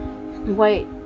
Wait